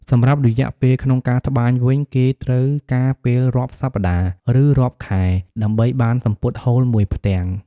សម្រាប់រយៈពេលលក្នុងការត្បាយវិញគេត្រូវការពេលរាប់សប្ដាហ៍ ឬរាប់ខែដើម្បីបានសំពត់ហូលមួយផ្ទាំង។